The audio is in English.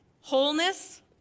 wholeness